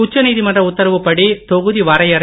உச்சநீதிமன்ற உத்தரவுப்படி தொகுதி வரையறை